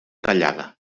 tallada